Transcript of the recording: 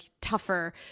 tougher